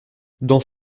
dans